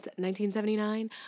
1979